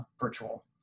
virtual